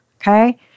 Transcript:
okay